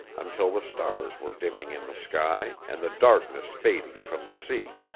until the stars were dimming in the sky and the darkness fading from the sea.